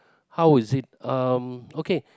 how is it um okay